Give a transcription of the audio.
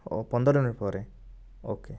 ହଉ ପନ୍ଦର ମିନିଟ୍ ପରେ ଓକେ